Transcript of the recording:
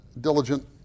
diligent